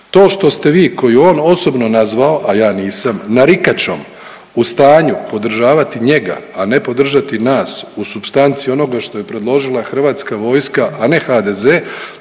To što ste vi koji je on osobno nazvao, a ja nisam narikačom u stanju podržavati njega, a ne podržati nas u supstanci onoga što je predložila Hrvatska vojska, a ne HDZ